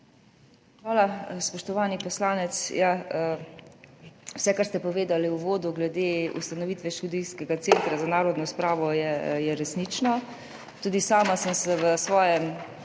Hvala. Spoštovani poslanec, vse, kar ste povedali v uvodu glede ustanovitve Študijskega centra za narodno spravo, je resnično. Tudi sama sem se v svojem